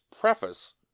preface